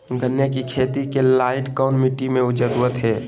गन्ने की खेती के लाइट कौन मिट्टी की जरूरत है?